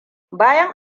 bayan